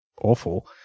awful